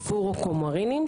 פורוקומרינים,